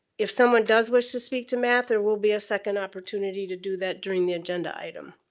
if someone does wish to speak to math there will be a second opportunity to do that during the agenda item.